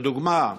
לדוגמה,